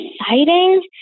exciting